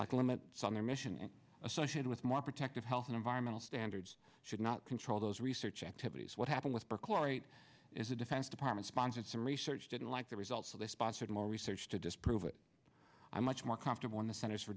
like limits on their mission and associated with more protective health and environmental standards should not control those research activities what happened with perchlorate is the defense department sponsored some research didn't like the results so they sponsored more research to disprove it i'm much more comfortable in the centers for